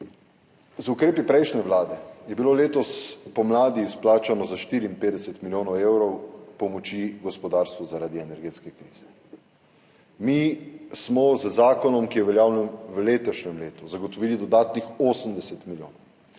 Z ukrepi prejšnje vlade je bilo letos pomladi izplačanih 54 milijonov evrov pomoči gospodarstvu zaradi energetske krize. Mi smo z zakonom, ki je uveljavljen v letošnjem letu, zagotovili dodatnih 80 milijonov,